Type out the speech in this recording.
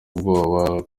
ubwoba